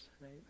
right